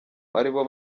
aribo